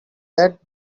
that